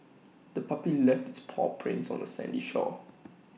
the puppy left its paw prints on the sandy shore